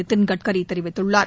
நிதின் கட்கரி தெரிவித்துள்ளார்